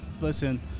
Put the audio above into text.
Listen